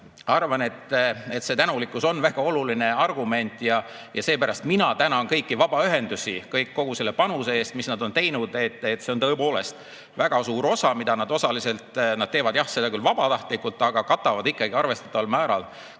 arvan, et tänulikkus on väga oluline argument, ja seepärast mina tänan kõiki vabaühendusi kogu selle panuse eest, mis nad on teinud. See on tõepoolest väga suur osa, mida nad teevad, ehkki osaliselt küll vabatahtlikult, aga nad katavad ikkagi arvestataval määral